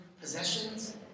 possessions